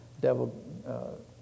devil